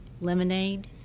lemonade